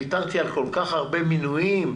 ויתרתי על כל כך הרבה מינויים,